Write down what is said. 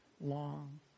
long